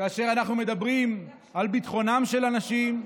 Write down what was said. כאשר אנחנו מדברים על ביטחונם של אנשים,